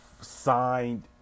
signed